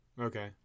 Okay